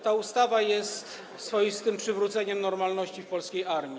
Ta ustawa jest swoistym przywróceniem normalności w polskiej armii.